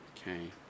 Okay